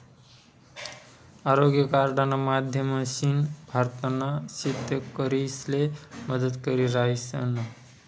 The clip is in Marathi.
आरोग्य कार्डना माध्यमथीन भारतना शेतकरीसले मदत करी राहिनात